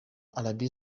arabia